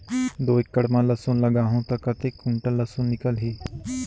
दो एकड़ मां लसुन लगाहूं ता कतेक कुंटल लसुन निकल ही?